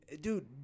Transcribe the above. dude